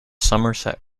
somerset